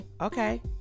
Okay